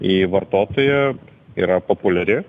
į vartotojo yra populiari